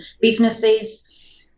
businesses